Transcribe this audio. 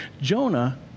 Jonah